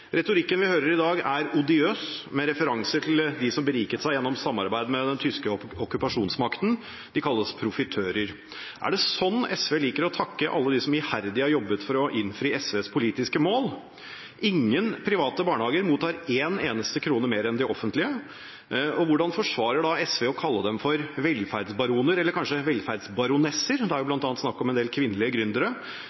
Retorikken vi hører i dag, er odiøs – med referanse til dem som beriket seg gjennom samarbeid med den tyske okkupasjonsmakten. De kalles profitører. Er det sånn SV liker å takke alle dem som iherdig har jobbet for å innfri SVs politiske mål? Ingen private barnehager mottar en eneste krone mer enn de offentlige, og hvordan forsvarer SV da å kalle dem «velferdsbaroner», eller kanskje «velferdsbaronesser», for det er jo